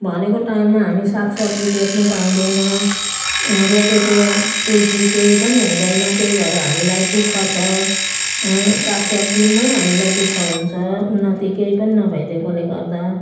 भनेको टाइममा हामी सागसब्जी बेच्नु पाउँदैनौँ रोपेको तुलफुल केही पनि हुँदैन त्यही भएर हामीलाई दुःख छ सागसब्जीमै हामीलाई दुःख हुन्छ उन्नति केही पनि नभइदिएकोले गर्दा